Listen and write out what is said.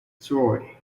sorority